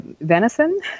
venison